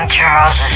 Charles